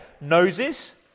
noses